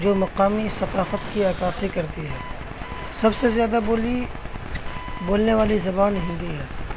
جو مقامی ثقافت کی عکاسی کرتی ہیں سب سے زیادہ بولی بولنے والی زبان ہندی ہے